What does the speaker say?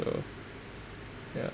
so ya